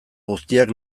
guztiak